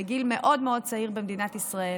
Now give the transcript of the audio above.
בגיל מאוד מאוד צעיר במדינת ישראל